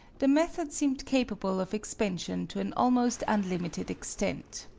the method seemed capable of expansion to an almost unlimited extent.